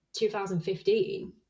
2015